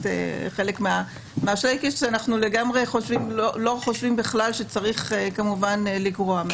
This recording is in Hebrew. מהשלייקעס שאנחנו לא חושבים שצריך כמובן לגרוע.